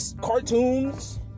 cartoons